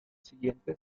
siguiente